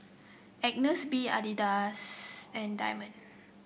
Agnes B Adidas and Diamond